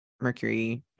Mercury